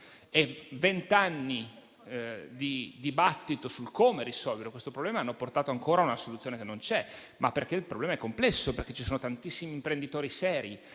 Vent'anni di dibattito su come risolvere questo problema hanno portato a una soluzione che ancora non c'è, perché il problema è complesso e perché ci sono tantissimi imprenditori seri